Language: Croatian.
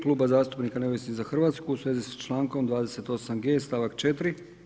Kluba zastupnika neovisnih za Hrvatsku u svezi s člankom 28.g stavak 4.